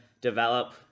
develop